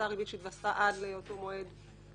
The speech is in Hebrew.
אותה ריבית שהתווספה עד לאותו מועד קיימת.